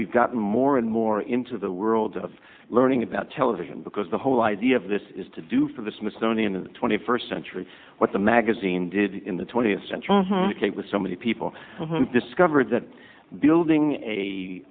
gotten more and more into the world of learning about television because the whole idea of this is to do for the smithsonian in the twenty first century what the magazine did in the twentieth century it was so many people discovered that building a